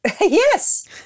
Yes